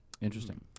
Interesting